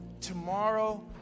Tomorrow